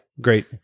Great